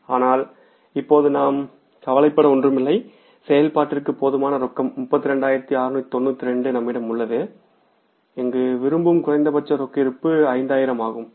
ஆனால் இப்போது நாம் கவலைப்பட ஒன்றுமில்லை செயல்பாட்டிற்கு போதுமான ரொக்கம் 32692 நம்மிடம் உள்ளது இங்கு விரும்பும் குறைந்தபட்ச ரொக்க இருப்பு 5000 ஆகும்